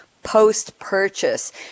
post-purchase